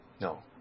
No